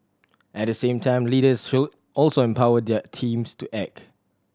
at the same time leaders should also empower their teams to act